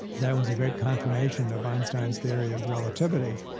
that was a great confirmation of einstein's theory of relativity.